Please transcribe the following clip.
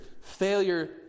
Failure